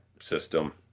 system